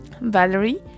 Valerie